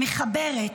מחברת.